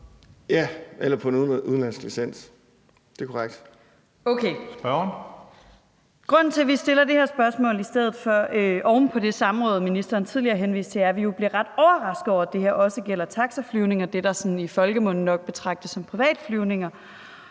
Spørgeren. Kl. 14:41 Sofie Lippert (SF): Okay. Grunden til, at vi stiller det her spørgsmål oven på det samråd, ministeren tidligere henviste til, er, at vi blev ret overrasket over, at det her også gælder taxaflyvninger, altså det, der sådan i folkemunde nok betragtes som privatflyvninger.